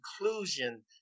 inclusion